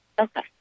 Okay